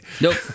Nope